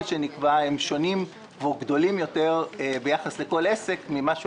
שנקבע הם שונים או גדולים יותר לכל עסק ביחס למה שהוא